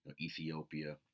Ethiopia